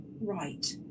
Right